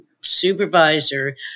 supervisor